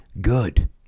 good